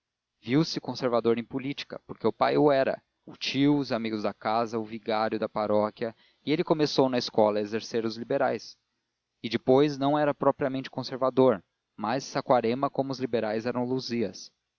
mundo viu-se conservador em política porque o pai o era o tio os amigos da casa o vigário da paróquia e ele começou na escola a execrar os liberais e depois não era propriamente conservador mas saquarema como os liberais eram luzias